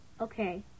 Okay